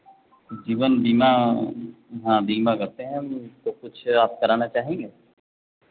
जीवन बीमा हाँ बीमा करते हैं हम तो कुछ आप कराना चाहेंगे